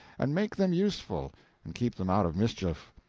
and make them useful and keep them out of mischief.